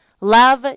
Love